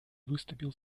выступил